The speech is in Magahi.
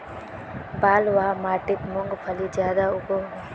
बलवाह माटित मूंगफली ज्यादा उगो होबे?